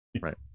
right